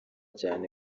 cyane